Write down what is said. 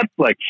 netflix